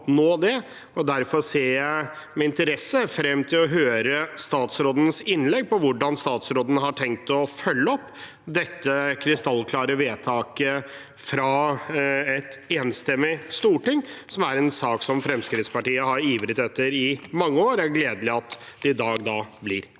det. Jeg ser med interesse frem til å høre statsrådens innlegg og hvordan statsråden har tenkt å følge opp dette krystallklare forslaget til vedtak fra en enstemmig komité, som er en sak som Fremskrittspartiet har ivret for i mange år. Det er gledelig at det i dag blir vedtatt.